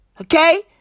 Okay